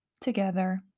together